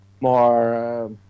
more